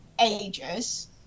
ages